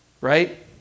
Right